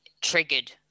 triggered